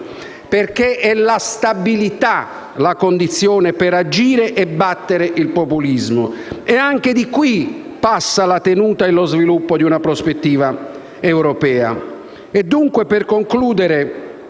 perché è la stabilità la condizione per agire e battere il populismo; e anche di qui passa la tenuta e lo sviluppo di una prospettiva europea.